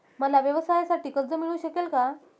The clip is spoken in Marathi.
मला व्यवसायासाठी कर्ज मिळू शकेल का?